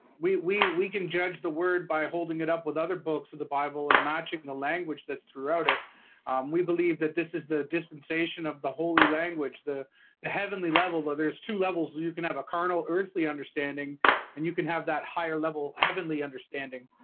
we we can judge the word by holding it up with other books of the bible and matching the language. that's throughout it we believe that this is the dispensation of the holy language the the heavenly level though. there's two levels you can have a carnal earthly understanding and you can have that higher level heavenly understanding